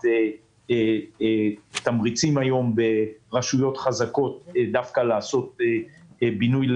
לעומת תמריצים ברשויות חזקות דווקא לעשות בינוי